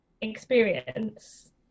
experience